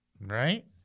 Right